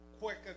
quicker